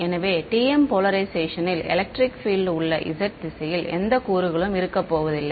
எனவே TM போலரைஷேனில் electric field உள்ள z திசையில் எந்த கூறுகளும் இருக்கப்போவதில்லை